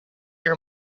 your